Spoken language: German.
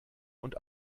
und